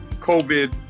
COVID